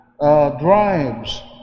drives